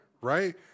right